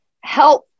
help